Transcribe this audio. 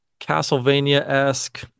Castlevania-esque